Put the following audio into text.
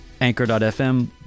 anchor.fm